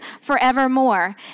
forevermore